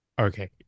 Okay